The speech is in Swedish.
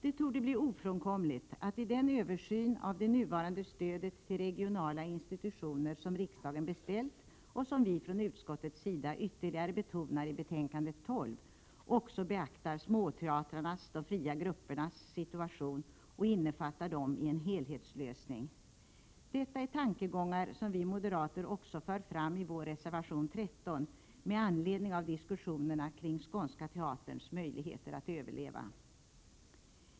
Det torde bli ofrånkomligt att man i den översyn av det nuvarande stödet till regionala institutioner som riksdagen beställt, och som vi från utskottets sida ytterligare betonar i betänkande 12, också beaktar småteatrarnas — de fria gruppernas — situation och innefattar dem i en helhetslösning. Detta är 51 tankegångar som vi moderater också för fram i vår reservation 13 med anledning av diskussionerna kring Skånska teaterns möjligheter att överleva.